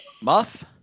Muff